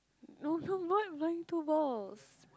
no no no playing two balls